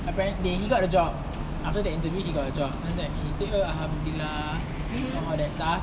apparently he got the job after the interview he got a job I was like alhamdulillah all that stuff